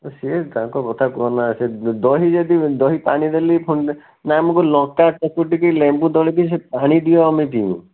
ସେ ତାଙ୍କ କଥା କୁହନା ସେ ଦହି ଯଦି ଦହି ପାଣି ଦେଲି ନା ଆମକୁ ଲଙ୍କା ଚକଟିକି ଲେମ୍ବୁ ଦଳିକି ସେ ପାଣି ଦିଅ ଆମେ ପିଇବୁ